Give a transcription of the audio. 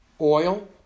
oil